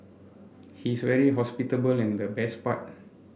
he's very hospitable and the best part